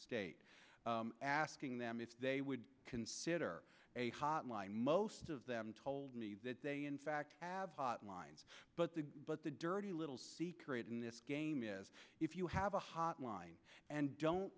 state asking them if they would consider a hotline most of them told me that they in fact have hotlines but the but the dirty little secret in this game is if you have a hotline and don't